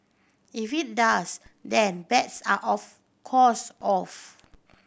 if it does then bets are of course off